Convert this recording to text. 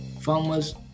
farmers